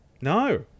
No